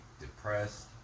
depressed